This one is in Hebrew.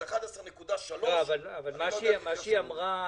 אבל מה שהיא אמרה,